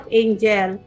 angel